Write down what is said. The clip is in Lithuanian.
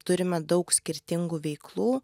turime daug skirtingų veiklų